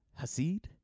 hasid